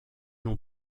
l’on